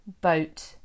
boat